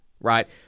right